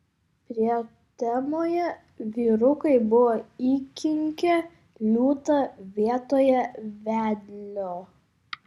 prietemoje vyrukai buvo įkinkę liūtą vietoje vedlio